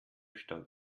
stand